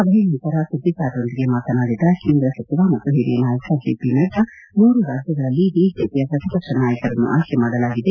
ಸಭೆಯ ನಂತರ ಸುದ್ದಿಗಾರರೊಂದಿಗೆ ಮಾತನಾಡಿದ ಕೇಂದ್ರ ಸಚಿವ ಮತ್ತು ಹಿರಿಯ ನಾಯಕ ಜೆಪಿ ನಡ್ಡಾ ಮೂರು ರಾಜ್ಯಗಳಲ್ಲಿ ಬಿಜೆಪಿಯ ಪ್ರತಿಪಕ್ಷ ನಾಯಕರನ್ನು ಆಯ್ಕೆ ಮಾಡಲಾಗಿದೆ